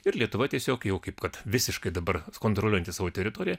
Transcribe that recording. ir lietuva tiesiog jau kaip kad visiškai dabar kontroliuojanti savo teritoriją